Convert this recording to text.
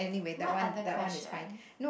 what other question